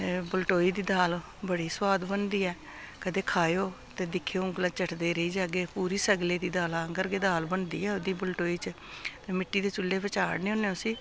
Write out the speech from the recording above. बलटोई दी दाल बड़ी सुआद बनदी ऐ कदें खाओ ते दिक्खो औंगल कोला झटदे रेही जाह्गे पूरी सगले दी दाला आंह्गर गै दाल बनदी ऐ ओह्दी बलटोई च ते मिट्टी दे चु'ल्ले ब चाढ़ने होन्ने उसी